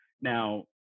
Now